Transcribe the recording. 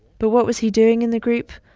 but what was he doing in the group?